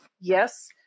Yes